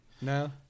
no